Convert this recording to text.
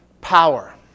power